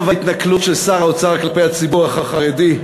וההתנכלות של שר האוצר כלפי הציבור החרדי.